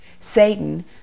Satan